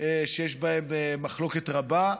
שיש בהם מחלוקת רבה,